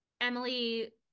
Emily